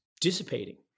dissipating